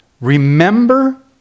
remember